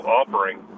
offering